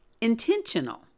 intentional